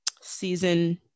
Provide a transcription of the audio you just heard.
season